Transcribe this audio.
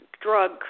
drug